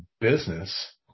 business